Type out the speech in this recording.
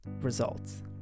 results